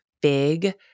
big